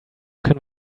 can